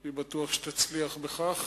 אני בטוח שתצליח בכך.